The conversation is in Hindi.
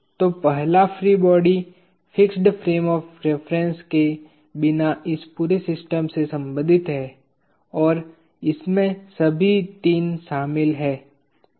तो पहला free body fixed frame of reference के बिना इस पूरे सिस्टम से संबंधित है और इसमें सभी 3 शामिल हैं